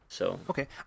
Okay